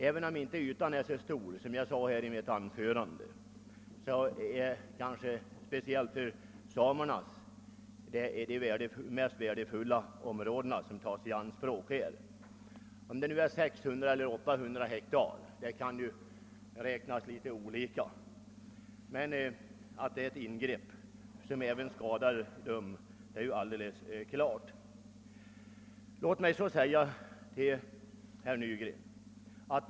Även om inte ytan är så stor, är det dock — som jag sade i mitt anförande — speciellt ur samernas synpunkt mycket värdefulla områden som tas i anspråk. Vare sig det gäller 600 eller 800 hektar — det kan räknas litet olika — är det alldeles klart att detta ingrepp är till skada för samerna.